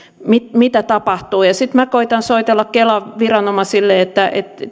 mitä tapahtuu sitten minä koetan soitella kelan viranomaisille että